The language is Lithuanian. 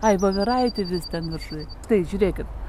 ai voveraitė vis ten viršuj štai žiūrėkit